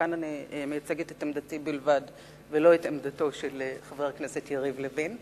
כאן אני מייצגת את עמדתי בלבד ולא את עמדתו של חבר הכנסת יריב לוין.